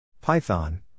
Python